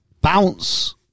Bounce